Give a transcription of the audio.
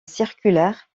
circulaire